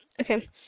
okay